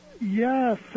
Yes